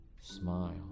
smile